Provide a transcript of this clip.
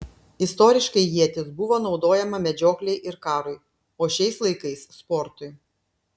istoriškai ietis buvo naudojama medžioklei ir karui o šiais laikais sportui